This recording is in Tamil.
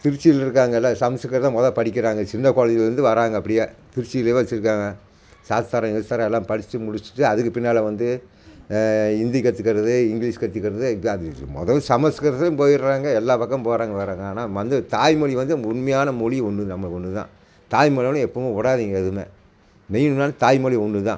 திருச்சியில் இருக்காங்கள சமஸ்கிருதம் மொதே படிக்கிறாங்க சின்ன குழந்தையில இருந்து வராங்க அப்படியே திருச்சியிலேயே வச்சுருக்காங்க சாஸ்திரம் கீஸ்தரம் எல்லாம் படித்து முடிச்சுட்டு அதுக்கு பின்னால் வந்து ஹிந்தி கற்றுக்கறது இங்கிலீஷ் கற்றுக்கறது மொதே சமஸ்கிருதம் போயிடறாங்க எல்லா பக்கமும் போகிறாங்க வராங்க ஆனால் நம்ம வந்து தாய்மொழி வந்து உண்மையான மொழி ஒன்று நமக்கு ஒன்று தான் தாய்மொழியை எல்லாம் எப்போவும் விடாதிங்க எதுவுமே தாய்மொழி ஒன்று தான்